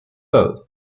both